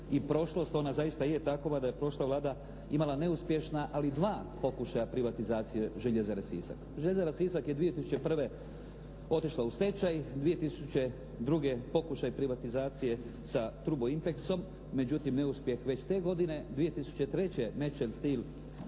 i prošlost. Ona zaista je takova da je prošla Vlada imala neuspješna ali dva pokušaja privatizacije željezare "Sisak". Željezara Sisak je 2001. otišla u stečaj, 2002. pokušaj privatizacije sa "Trgoimpexom", međutim neuspjeh već te godine, 2003. godine